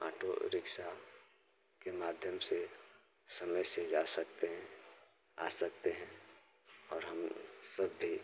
auto rickshaw के माध्यम से समय से जा सकते हैं आ सकते हैं और हम सब भी